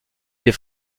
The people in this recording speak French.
des